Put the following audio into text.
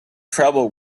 tribal